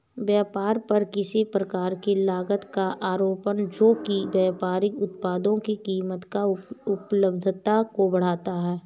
व्यापार पर किसी प्रकार की लागत का आरोपण जो कि व्यापारिक उत्पादों की कीमत या उपलब्धता को बढ़ाता है